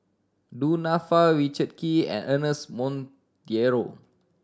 Du Nanfa Richard Kee and Ernest Monteiro